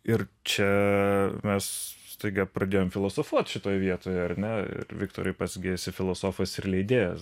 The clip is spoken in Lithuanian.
ir čia mes staiga pradėjom filosofuot šitoj vietoje ar ne viktorai pats gi esi filosofas ir leidėjas